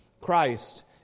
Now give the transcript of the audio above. Christ